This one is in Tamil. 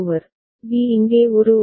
b இங்கே ஒரு ஓவர்